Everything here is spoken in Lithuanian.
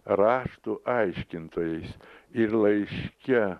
raštų aiškintojais ir laiške